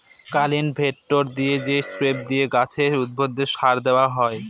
cultivator দিয়ে বা spray দিয়ে গাছে, উদ্ভিদে সার দেওয়া হয়